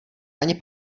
ani